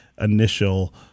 initial